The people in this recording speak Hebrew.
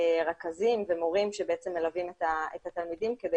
רכזים ומורים שבעצם מלווים את התלמידים כדי